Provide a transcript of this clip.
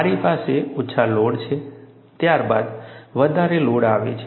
મારી પાસે ઓછો લોડ છે ત્યારબાદ વધારે લોડ આવે છે